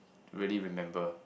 really remember